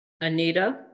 Anita